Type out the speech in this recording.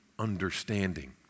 Understanding